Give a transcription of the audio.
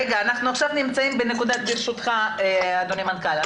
ברשותך אדוני המנכ"ל,